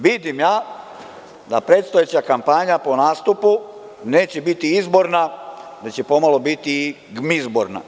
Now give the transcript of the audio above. Vidim ja da predstojeća kampanja po nastupu neće biti izborna, već će ponovo biti i gmizborna.